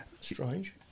Strange